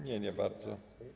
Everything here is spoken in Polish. Nie, nie bardzo?